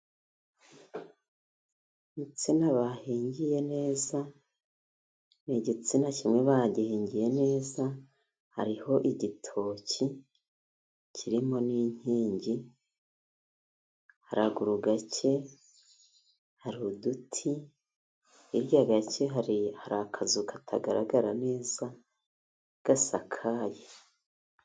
Insina bahingiye neza, igitsina kimwe bagihingiye neza hariho igitoki kirimo n'inkingi. Haruguru gake hari uduti, hirya gake hari akazu katagaragara neza gasakaye.